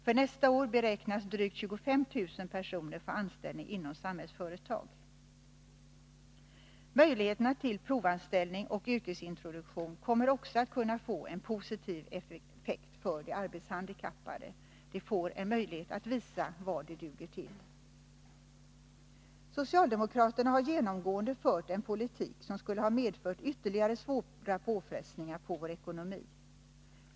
För nästa år beräknas drygt 25 000 personer få anställning inom Samhällsföretag. Möjligheterna till provanställning och yrkesintroduktion kommer också att kunna få en positiv effekt för de arbetshandikappade. De får en möjlighet att visa vad de duger till. Socialdemokraterna har genomgående fört en politik som skulle ha medfört ytterligare svåra påfrestningar på vår ekonomi.